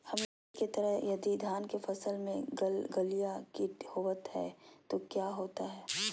हमनी के तरह यदि धान के फसल में गलगलिया किट होबत है तो क्या होता ह?